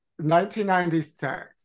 1996